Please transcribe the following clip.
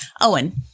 Owen